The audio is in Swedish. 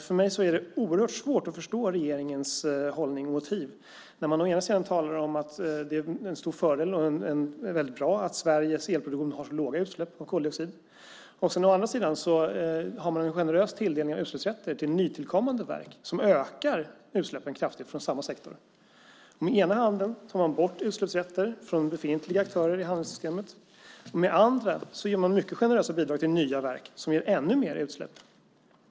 För mig är det oerhört svårt att förstå regeringens hållning och motiv när man å ena sidan talar om att det är en stor fördel och väldigt bra att Sveriges elproduktion har så låga utsläpp av koldioxid men å andra sidan har en generös tilldelning av utsläppsrätter till nytillkommande verk som ökar utsläppen kraftigt från samma sektor. Med den ena handen tar man bort utsläppsrätter från befintliga aktörer i handelssystemet, och med den andra ger man mycket generösa bidrag till nya verk som ger ännu mer utsläpp.